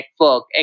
network